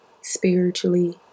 spiritually